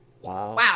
wow